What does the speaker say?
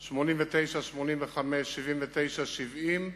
89, 85, 79, 70,